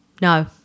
no